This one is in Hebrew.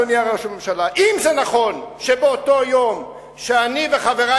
אדוני ראש הממשלה: אם זה נכון שבאותו יום שאני וחברי